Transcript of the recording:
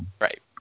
right